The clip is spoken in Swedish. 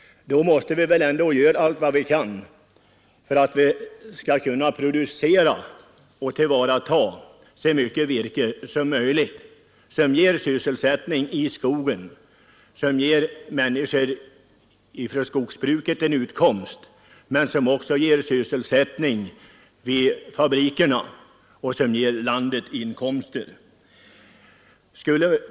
Då måste vi ändå göra allt vi kan för att producera och tillvarata så mycket virke som möjligt. Det ger sysselsättning i skogen, det ger människor en utkomst av skogsbruket men det ger också sysselsättning vid fabrikerna och det ger landet inkomster.